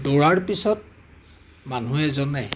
দৌৰাৰ পিছত মানুহ এজনে